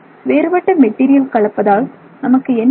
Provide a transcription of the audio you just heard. வேறுபட்ட மெட்டீரியல் கலப்பதால் நமக்கு என்ன நன்மை